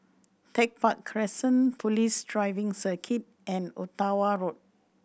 Tech Park Crescent Police Driving Circuit and Ottawa Road